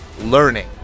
Learning